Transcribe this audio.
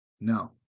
No